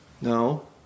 no